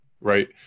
right